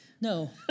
no